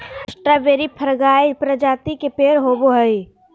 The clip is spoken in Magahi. स्ट्रावेरी फ्रगार्य प्रजाति के पेड़ होव हई